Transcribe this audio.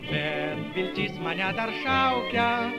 bet viltis mane dar šaukia